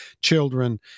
children